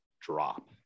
drop